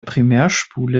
primärspule